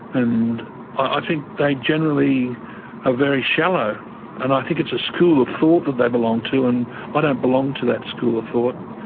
and i think they generally are very shallow and i think it's a school of thought that they belong to, and i don't belong to that school of thought,